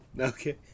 Okay